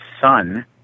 son